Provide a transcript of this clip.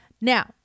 now